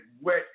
wet